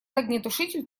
огнетушитель